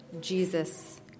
Jesus